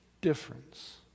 difference